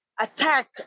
attack